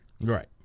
Right